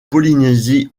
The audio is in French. polynésie